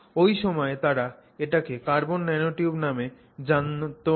ওই সময়ে তারা এটাকে কার্বন ন্যানোটিউব নামে জানতো না